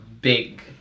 big